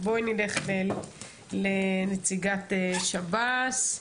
בואי נלך לנציגת שב"ס.